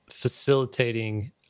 facilitating